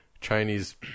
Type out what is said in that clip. Chinese